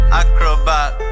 acrobat